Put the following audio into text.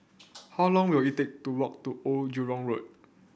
how long will it take to walk to Old Jurong Road